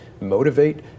motivate